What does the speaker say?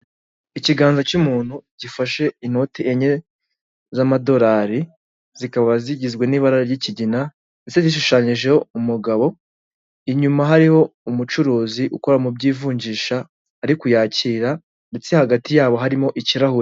Ikiganza cy'umuntu gifashe inoti enye z'amadolari, zikaba zigizwe n'ibara ry'ikigina ndetsse zishushanyijeho umugabo, inyuma hariho umucuruzi ukora mu by'ivunjisha, ari kuyakira ndetse hagati yabo harimo ikirahure.